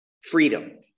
freedom